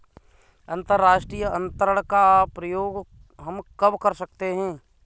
अंतर्राष्ट्रीय अंतरण का प्रयोग हम कब कर सकते हैं?